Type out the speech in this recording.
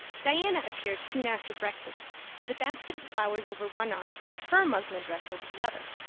diana appeared soon after breakfast, with a basket of flowers over one arm and her muslin dress over the other.